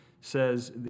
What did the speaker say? says